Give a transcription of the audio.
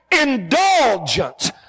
indulgence